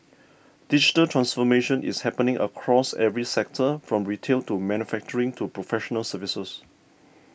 digital transformation is happening across every sector from retail to manufacturing to professional services